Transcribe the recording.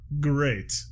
great